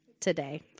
Today